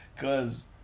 Cause